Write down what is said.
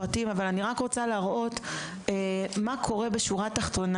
אני לא אדבר ברזי הפרטים אבל אני רק רוצה להראות מה קורה בשורה תחתונה,